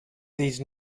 these